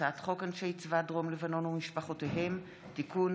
הצעת חוק אנשי צבא דרום לבנון ומשפחותיהם (תיקון),